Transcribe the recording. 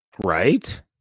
Right